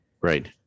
Right